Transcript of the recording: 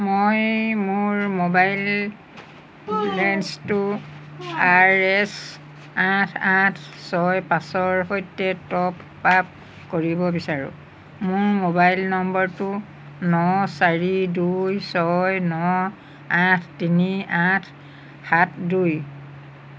মই মোৰ মোবাইল বেলেঞ্চটো আৰ এছ আঠ আঠ ছয় পাঁচৰ সৈতে টপ আপ কৰিব বিচাৰো মোৰ মোবাইল নম্বৰটো ন চাৰি দুই ছয় ন আঠ তিনি আঠ সাত দুই